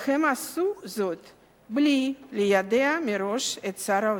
והם עשו זאת בלי ליידע מראש את שר האוצר.